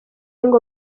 ngo